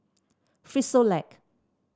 frisolac